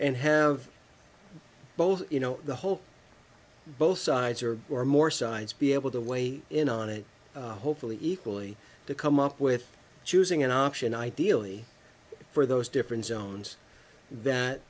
and have both you know the whole both sides or or more sides be able to weigh in on it hopefully equally to come up with choosing an option ideally for those differences owns that